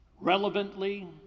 relevantly